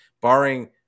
barring